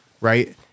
right